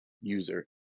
user